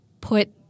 put